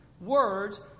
Words